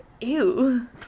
Ew